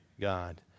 God